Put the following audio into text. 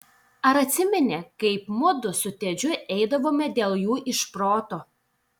ar atsimeni kaip mudu su tedžiu eidavome dėl jų iš proto